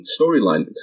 storyline